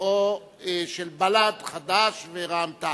או של בל"ד, חד"ש ורע"ם-תע"ל.